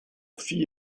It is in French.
filles